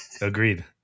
Agreed